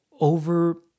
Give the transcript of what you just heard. over